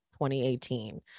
2018